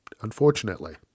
unfortunately